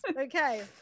Okay